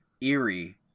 eerie